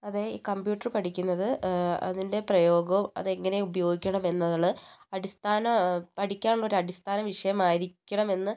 അതെ ഈ കമ്പ്യൂട്ടർ പഠിക്കുന്നത് അതിന്റെ പ്രയോഗവും അത് എങ്ങനെ ഉപയോഗിക്കണം എന്നുള്ളത് അടിസ്ഥാന പഠിക്കാനുള്ള ഒരു അടിസ്ഥാനവിഷയം ആയിരിക്കണമെന്ന്